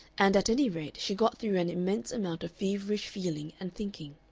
and at any rate she got through an immense amount of feverish feeling and thinking.